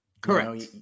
Correct